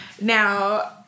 Now